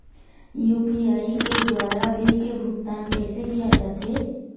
UPI के द्वारा bill के भुगतान कैसे किया जाथे?